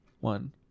one